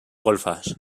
golfes